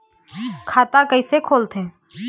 खाता कइसे खोलथें?